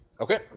okay